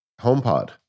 HomePod